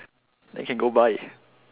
then can go buy